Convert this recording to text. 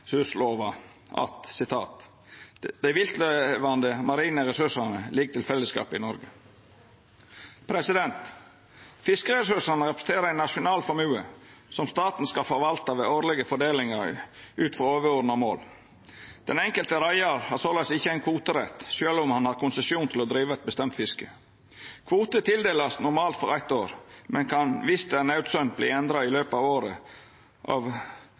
det står: «Dei viltlevande marine ressursane ligg til fellesskapet i Noreg.» Fiskeressursane representerer ein nasjonal formue som staten skal forvalta ved årlege fordelingar, ut frå overordna mål. Den enkelte reiaren har såleis ikkje ein kvoterett, sjølv om han har konsesjon til å driva eit bestemt fiske. Kvotar vert normalt tildelte for eitt år, men kan, viss det er naudsynt, endrast i løpet av året, f.eks. av